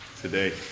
today